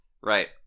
Right